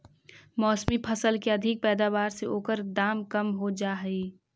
मौसमी फसल के अधिक पैदावार से ओकर दाम कम हो जाऽ हइ